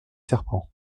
serpent